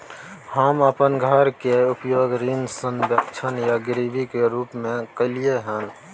हम अपन घर के उपयोग ऋण संपार्श्विक या गिरवी के रूप में कलियै हन